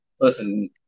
listen